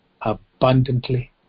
abundantly